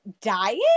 diet